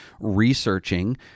researching